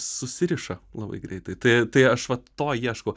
susiriša labai greitai tai tai aš vat to ieškau